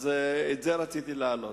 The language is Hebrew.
את זה רציתי להעלות.